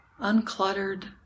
uncluttered